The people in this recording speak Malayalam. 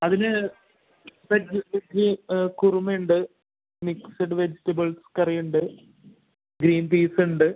അതിന് വെജ്ജ് ഈ കുറുമയുണ്ട് മിക്സഡ് വെജിറ്റബിൾ കറിയുണ്ട് ഗ്രീൻ പീസ് ഉണ്ട്